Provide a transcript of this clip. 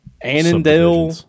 Annandale